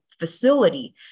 facility